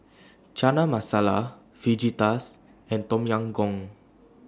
Chana Masala Fajitas and Tom Yam Goong